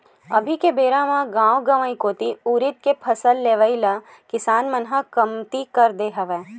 अभी के बेरा म गाँव गंवई कोती उरिद के फसल लेवई ल किसान मन ह कमती कर दे हवय